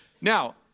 Now